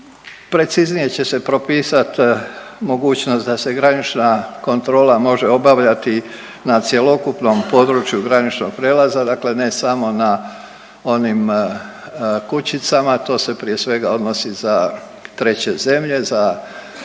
Preciznije će se propisat mogućnost da se granična kontrola može obavljati na cjelokupnom području graničnog prijelaza, dakle ne samo na onim kućicama to se prije svega odnosi za treće zemlje, za dolazak